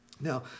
Now